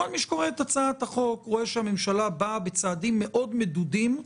כל מי שקורא את הצעת החוק רואה שהממשלה באה בצעדים מדודים מאוד